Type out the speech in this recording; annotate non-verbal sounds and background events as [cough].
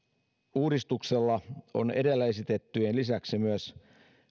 uudistuksella [unintelligible] on edellä esitettyjen lisäksi myös